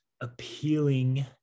appealing